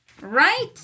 Right